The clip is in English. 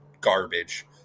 garbage